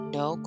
no